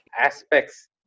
aspects